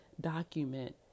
document